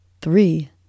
three